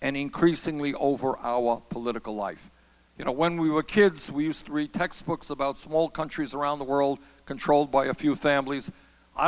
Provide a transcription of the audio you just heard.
and increasingly over our political life you know when we were kids we used three textbooks about small countries around the world controlled by a few families i